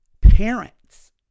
parents